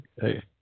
Hey